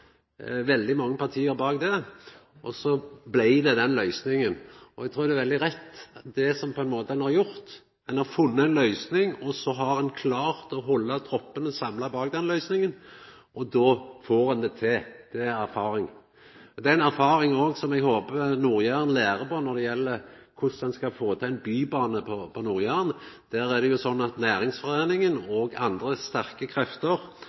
blei det den løysinga. Eg trur det er veldig rett, det som ein har gjort: Ein har funne ei løysing, og så har ein klart å halda troppane samla bak denne løysinga. Då får ein det til. Det er ei erfaring. Det er ei erfaring som eg òg håpar Nord-Jæren lærer av når det gjeld korleis ein skal få til ein bybane på Nord-Jæren. Der er det jo sånn at næringsforeininga og andre sterke krefter,